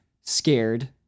scared